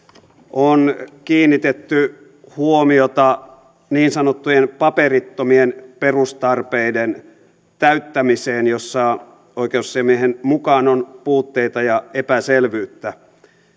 on kiinnitetty huomiota niin sanottujen paperittomien perustarpeiden täyttämiseen jossa oikeusasiamiehen mukaan on puutteita ja epäselvyyttä